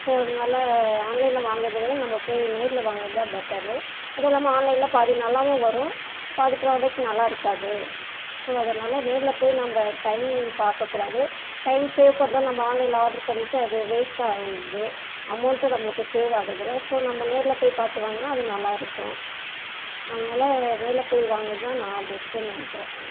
so அதனால ஆன்லைனில் வாங்குவதைவிட நம்ம போய் நேரில் வாங்குவது தான் பெட்டரு அது இல்லாமல் ஆன்லைனில் பாதி நல்லாவும் வரும் பாதி ப்ராடக்ட் நல்லா இருக்காது ஸோ அதனால நேரில் போய் நம்ம டைம் பார்க்க கூடாது டைம் சேவ் பண்ண நம்ம ஆன்லைனில் ஆர்டர் பண்ணிட்டு அது வேஸ்ட்டாகிடுது அமௌண்ட்டும் நம்பளுக்கு சேவ் ஆகுதில்ல ஸோ நம்ம நேரில் போய் பார்த்து வாங்கினா அதுவும் நல்லா இருக்கும் அதனால் நேரில் போய் வாங்குவதுதான் நான் பெஸ்ட்டுனு நினைக்கிறேன்